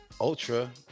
Ultra